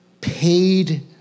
paid